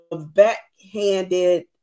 backhanded